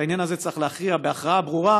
את העניין הזה צריך להכריע בהכרעה ברורה,